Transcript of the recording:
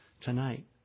tonight